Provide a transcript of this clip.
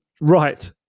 Right